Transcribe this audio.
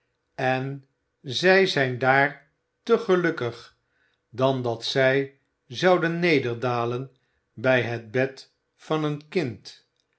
en zij zijn daar te gelukkig dan dat zij zouden nederdalen bij het bed van een kind